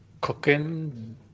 Cooking